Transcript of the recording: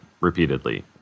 repeatedly